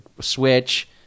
switch